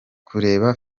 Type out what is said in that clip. kureba